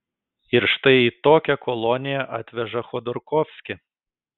ir štai į tokią koloniją atveža chodorkovskį